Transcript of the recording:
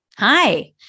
Hi